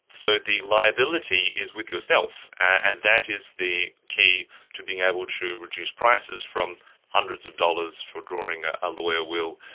so the liability is with yourself, and that is the key to being able to reduce prices from hundreds of dollars for drawing a ah lawyer will,